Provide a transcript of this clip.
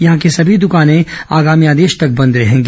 यहां की सभी दुकानें आगामी आदेश तक बंद रहेंगी